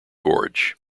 gorge